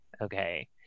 okay